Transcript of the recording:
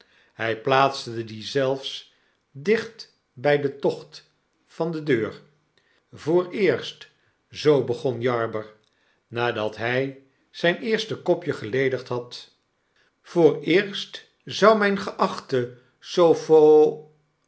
hy plaatste dien zelfs dicht by den tocht van de deur vooreerst zoo begon jarber nadat hy zyn eerste kopje geledigd had vooreerst zoumijn geachte